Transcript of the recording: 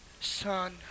son